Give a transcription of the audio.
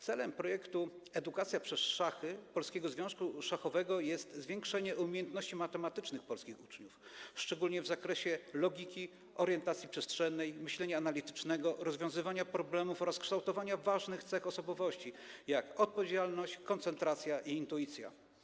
Celem projektu „Edukacja przez szachy” Polskiego Związku Szachowego jest zwiększenie umiejętności matematycznych polskich uczniów, szczególnie w zakresie logiki, orientacji przestrzennej, myślenia analitycznego, rozwiązywania problemów, oraz kształtowanie ważnych cech osobowości, takich jak odpowiedzialność, koncentracja i intuicja.